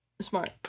Smart